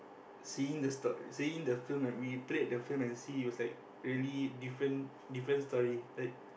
seeing the story seeing the film when we played the film and see it was like really different different story like